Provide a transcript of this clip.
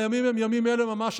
הימים הם ימים אלה ממש,